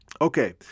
Okay